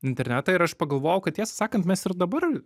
internetą ir aš pagalvojau kad tiesą sakant mes ir dabar